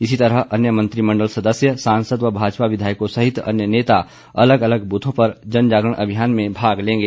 इसी तरह अन्य मंत्रिमण्डल सदस्य सांसद व भाजपा विधायकों सहित अन्य नेता अलग अलग बूथों पर जन जागरण अभियान में भाग लेंगे